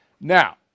Now